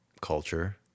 culture